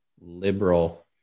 liberal